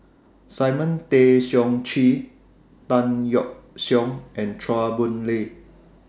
Simon Tay Seong Chee Tan Yeok Seong and Chua Boon Lay